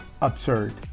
absurd